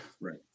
Right